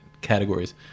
categories